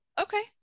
Okay